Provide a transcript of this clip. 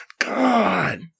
God